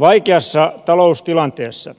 vaikeassa taloustilanteessa